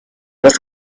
was